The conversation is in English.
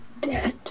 Dead